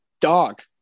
dog